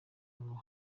ngo